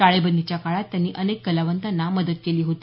टाळेबंदीच्या काळात त्यांनी अनेक कलावंतांना मदत केली होती